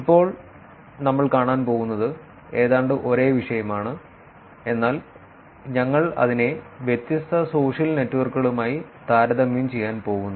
ഇപ്പോൾ നമ്മൾ കാണാൻ പോകുന്നത് ഏതാണ്ട് ഒരേ വിഷയമാണ് എന്നാൽ ഞങ്ങൾ അതിനെ വ്യത്യസ്ത സോഷ്യൽ നെറ്റ്വർക്കുകളുമായി താരതമ്യം ചെയ്യാൻ പോകുന്നു